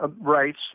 rights